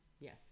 Yes